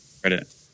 credit